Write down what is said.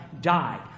died